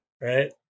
Right